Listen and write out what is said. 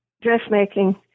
dressmaking